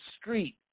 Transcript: street